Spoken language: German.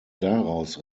daraus